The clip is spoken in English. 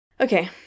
Okay